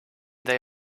they